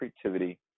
creativity